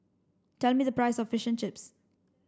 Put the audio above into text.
tell me the price of Fish and Chips